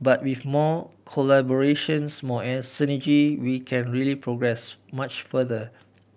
but with more collaborations more synergy we can really progress much further